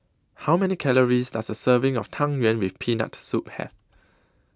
How Many Calories Does A Serving of Tang Yuen with Peanut Soup Have